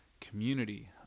community